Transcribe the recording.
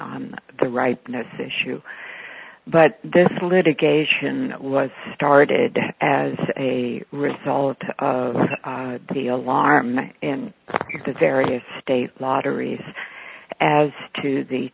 on the rightness issue but this litigation was started as a result of the alarm and the various state lotteries as to the